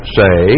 say